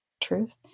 truth